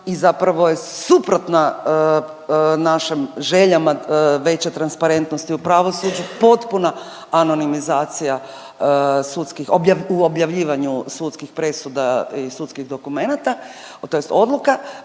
i zapravo je suprotna našim željama veća transparentnost i u pravosuđu, potpuna anonimizacija sudskih, u objavljivanju sudskih presuda i sudskih dokumenata tj. odluka